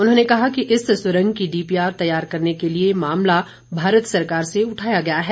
उन्होंने कहा कि इस सुरंग की डीपीआर तैयार करने के लिए मामला भारत सरकार से उठाया गया है